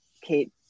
Kate